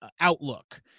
outlook